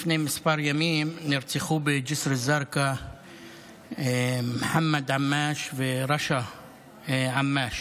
לפני כמה ימים נרצחו בג'יסר א-זרקא מוחמד עמאש ורשא עמאש.